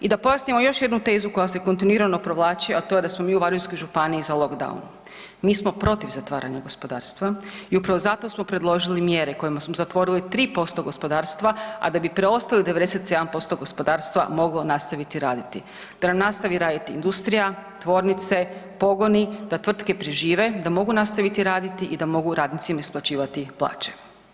I da pojasnimo još jednu tezu koja se kontinuirano provlači, a to je da smo mi u Varaždinskoj županiji za lockdown, mi smo protiv zatvaranja gospodarstva i upravo zato smo predložili mjere kojima smo zatvorili 3% gospodarstva, a da bi preostalih 97% gospodarstva moglo nastaviti raditi, da nam nastavi raditi industrija, tvornice, pogoni, da tvrtke prežive da mogu nastaviti raditi i da mogu radnicima isplaćivati plaće.